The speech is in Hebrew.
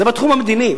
זה בתחום המדיני.